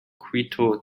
quito